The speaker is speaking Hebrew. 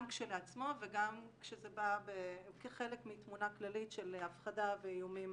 גם כשלעצמו וגם כשזה בא כחלק מתמונה כללית של הפחדה ואיומים